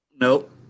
Nope